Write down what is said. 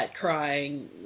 crying